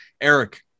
Eric